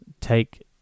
take